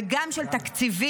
וגם של תקציבים,